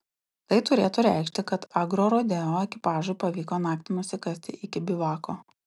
tai turėtų reikšti kad agrorodeo ekipažui pavyko naktį nusikasti iki bivako